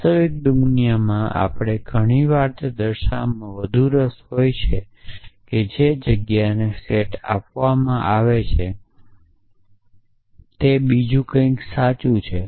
વાસ્તવિક દુનિયામાં આપણે ઘણી વાર તે દર્શાવવામાં વધુ રસ ધરાવતા હોઈએ છીએ કે જે જગ્યાના સેટને આપવામાં આવે છે કે કંઈક બીજું સાચું છે